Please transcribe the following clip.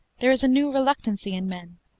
there is a new reluctancy in men.